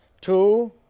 Two